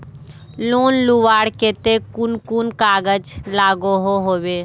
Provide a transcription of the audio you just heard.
Loan लुबार केते कुन कुन कागज लागोहो होबे?